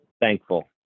thankful